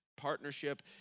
partnership